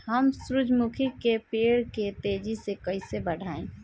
हम सुरुजमुखी के पेड़ के तेजी से कईसे बढ़ाई?